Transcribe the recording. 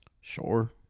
sure